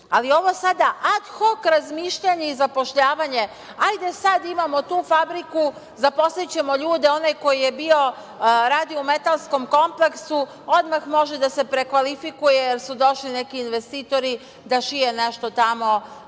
ovo sad ad hok razmišljanje i zapošljavanje - hajde sad imamo tu fabriku, zaposlićemo ljude, onaj koji je radio u metalskom kompleksu odmah može da se prekvalifikuje, jer su došli neki investitori, da šije nešto tamo